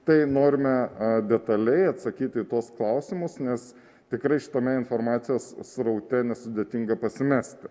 tai norime detaliai atsakyti į tuos klausimus nes tikrai šitame informacijos sraute nesudėtinga pasimesti